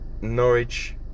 Norwich